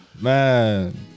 Man